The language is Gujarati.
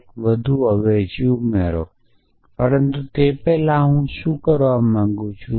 એક વધુ અવેજી ઉમેરો પરંતુ તે પહેલાં હું કરવા માંગું છું